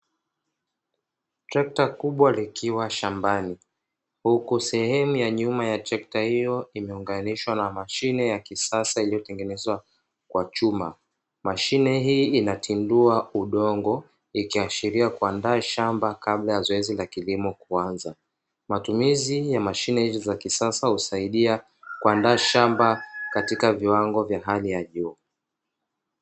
Trekta kubwa likiwa shambani huku sehemu ya nyuma ya trekta hiyo imeunganishwa na mashine ya kisasa iliyotengenezwa kwa chuma. Mashine hii inatindua udongo ikiashiria kuandaa shamba kabla ya zoezi la kilimo kuanza. Matumizi ya mashine hizi za kisasa husaidia kuandaa shamba katika viwango vya hali ya juu.